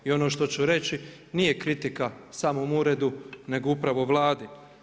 I ono što ću reći, nije kritika samom Uredu nego upravo Vladi.